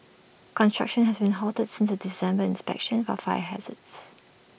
construction has been halted since A December inspection for fire hazards